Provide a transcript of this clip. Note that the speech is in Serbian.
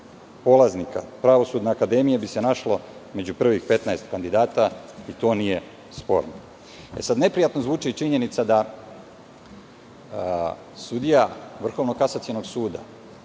polaznika Pravosudne akademije bi se našlo među prvih 15 kandidata i to nije sporno. Neprijatno zvuči činjenica da sudija Vrhovnog kasacionog suda